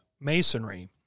Masonry